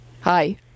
Hi